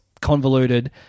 convoluted